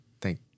Thank